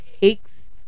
takes